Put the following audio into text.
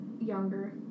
Younger